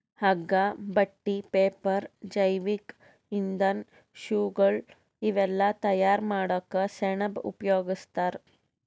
ಹಗ್ಗಾ ಬಟ್ಟಿ ಪೇಪರ್ ಜೈವಿಕ್ ಇಂಧನ್ ಶೂಗಳ್ ಇವೆಲ್ಲಾ ತಯಾರ್ ಮಾಡಕ್ಕ್ ಸೆಣಬ್ ಉಪಯೋಗಸ್ತಾರ್